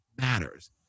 matters